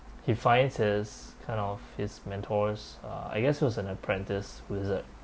he finds his kind of his mentors uh I guess he was an apprentice wizard